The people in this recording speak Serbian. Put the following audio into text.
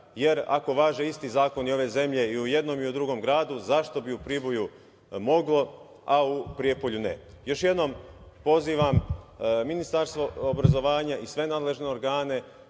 jer ako važe isti zakoni ove zemlje i u jednom i u drugom gradu, zašto bi u Priboju moglo, a u Prijepolju ne? Još jednom pozivam Ministarstvo obrazovanja i sve nadležne organe